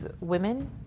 women